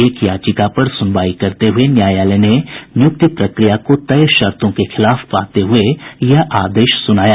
एक याचिका पर सुनवाई करते हुये न्यायालय ने नियुक्ति प्रक्रिया को तय शर्तों के खिलाफ पाते हुये यह आदेश सुनाया